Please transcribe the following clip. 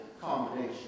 combination